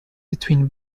between